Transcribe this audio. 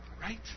Right